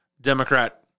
Democrat